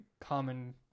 common